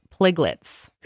pliglets